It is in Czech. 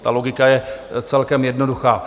Ta logika je celkem jednoduchá.